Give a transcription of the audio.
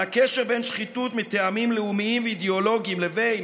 על הקשר בין שחיתות מטעמים לאומיים ואידיאולוגיים לבין